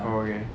oh okay